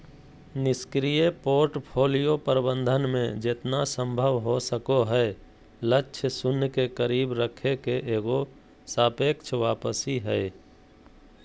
निष्क्रिय पोर्टफोलियो प्रबंधन मे जेतना संभव हो सको हय लक्ष्य शून्य के करीब रखे के एगो सापेक्ष वापसी हय